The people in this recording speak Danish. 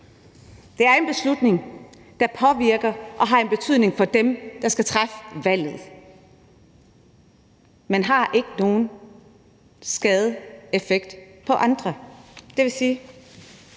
Det er en beslutning, der påvirker og har en betydning for dem, der skal træffe valget, men som ikke har nogen skadeeffekt for andre.